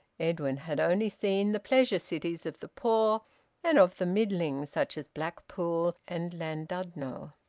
edwin had only seen the pleasure cities of the poor and of the middling, such as blackpool and llandudno.